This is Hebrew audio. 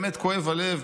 באמת כואב הלב.